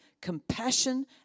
compassion